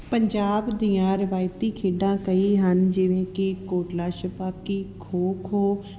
ਪੰਜਾਬ ਦੀਆਂ ਰਵਾਇਤੀ ਖੇਡਾਂ ਕਈ ਹਨ ਜਿਵੇਂ ਕਿ ਕੋਟਲਾ ਛਪਾਕੀ ਖੋ ਖੋ